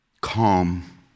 Calm